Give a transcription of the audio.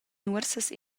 nuorsas